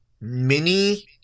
mini